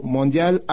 Mondial